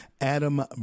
Adam